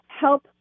help